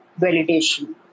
validation